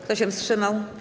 Kto się wstrzymał?